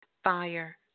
fire